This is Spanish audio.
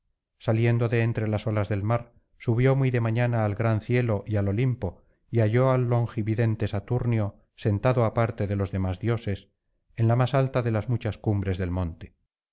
saliendo de entre las olas del mar subió muy de mañana al gran cielo y al olimpo y halló al longividente saturnio sentado aparte de los demás dioses en la más alta de las muchas cumbres del monte